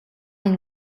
энэ